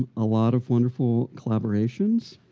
um a lot of wonderful collaborations.